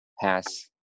pass